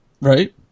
Right